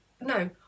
No